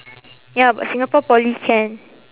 ya but singapore poly can